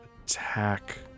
attack